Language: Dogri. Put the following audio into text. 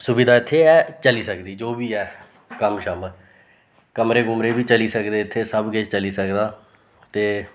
सुविधा इत्थें ऐ चली सकदी जो बी ऐ कम्म शम्म कमरे कुमरे बी चली सकदे इत्थें सब किश चली सकदा ते